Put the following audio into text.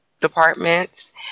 departments